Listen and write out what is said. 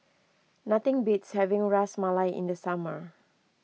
nothing beats having Ras Malai in the summer